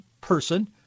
person